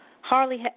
Harley